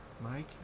Mike